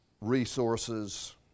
resources